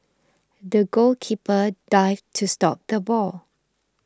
the goalkeeper dived to stop the ball